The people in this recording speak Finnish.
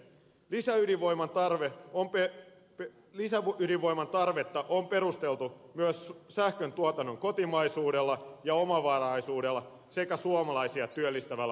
lisäydinvoiman tarve on peppi liisa ylivoiman tarvetta on perusteltu myös sähköntuotannon kotimaisuudella ja omavaraisuudella sekä suomalaisia työllistävällä vaikutuksella